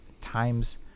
times